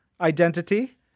identity